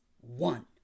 one